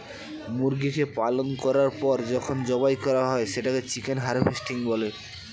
মুরগিকে পালন করার পর যখন জবাই করা হয় সেটাকে চিকেন হারভেস্টিং বলে